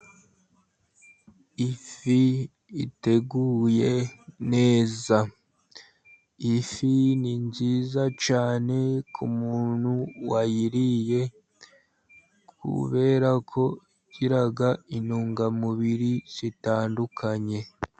Ifi iteguye neza. Ifi ni nziza cyane k'umuntu wayiriye, kubera ko igira intungamubiri zitandukanye.